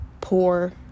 poor